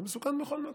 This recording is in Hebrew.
זה מסוכן בכל מקום,